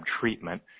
treatment